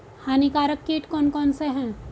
हानिकारक कीट कौन कौन से हैं?